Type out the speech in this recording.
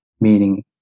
meaning